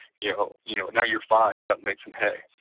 you know you know, now you are five, go and make some hay,